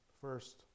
first